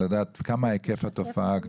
לדעת מה היקף התופעה.